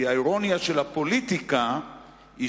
כי האירוניה של הפוליטיקה היא,